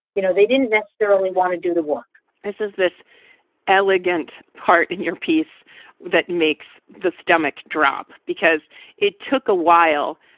you know, they didn't necessarily want to do the work this is this elegant part in your piece that makes the stomach drop because it took a while.